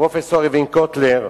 פרופסור ארווין קוטלר: